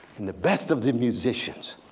and the best of the musicians,